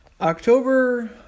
October